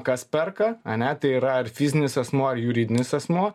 kas perka ane tai yra ar fizinis asmuo juridinis asmuo